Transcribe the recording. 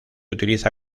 utiliza